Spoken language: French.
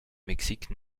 mexique